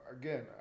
Again